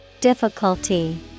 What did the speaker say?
Difficulty